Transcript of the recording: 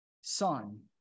son